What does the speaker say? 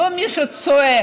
לא מי שצועק,